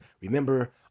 Remember